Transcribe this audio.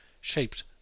shaped